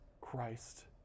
Christ